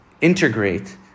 integrate